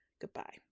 Goodbye